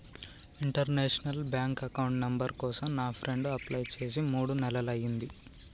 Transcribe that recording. international bank account number కోసం నా friend apply చేసి మూడు నెలలయ్యింది